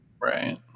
Right